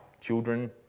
children